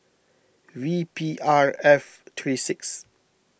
V P R F three six